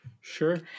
Sure